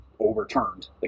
Overturned